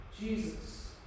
Jesus